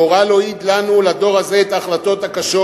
הגורל הועיד לנו, לדור הזה, את ההחלטות הקשות.